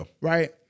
Right